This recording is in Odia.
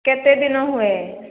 କେତେ ଦିନ ହୁଏ